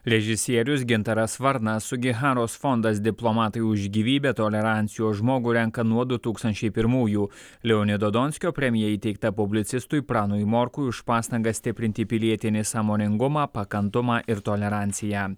režisierius gintaras varnas sugiharos fondas diplomatai už gyvybę tolerancijos žmogų renka nuo du tūkstančiai pirmųjų leonido donskio premija įteikta publicistui pranui morkui už pastangas stiprinti pilietinį sąmoningumą pakantumą ir toleranciją